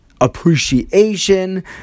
appreciation